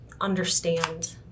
understand